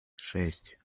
шесть